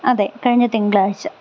അതെ കഴിഞ്ഞ തിങ്കളാഴ്ച